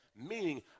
meaning